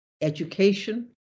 education